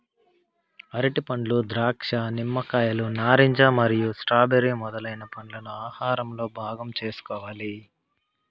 అరటిపండ్లు, ద్రాక్ష, నిమ్మకాయలు, నారింజ మరియు స్ట్రాబెర్రీ మొదలైన పండ్లను ఆహారంలో భాగం చేసుకోవాలి